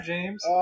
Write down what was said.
James